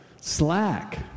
slack